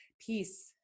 peace